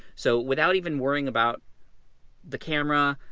so without even worrying about the camera,